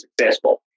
successful